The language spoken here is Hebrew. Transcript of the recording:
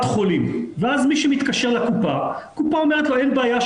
החולים ואז מי שמתקשר לקופה הקופה אומרת לו 'אין בעיה,